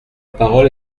parole